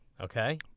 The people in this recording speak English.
Okay